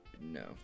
No